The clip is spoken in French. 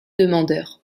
demandeur